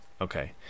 Okay